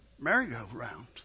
merry-go-round